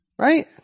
Right